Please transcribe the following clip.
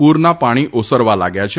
પૂરના પાણી ઓસરવા લાગ્યા છે